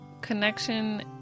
connection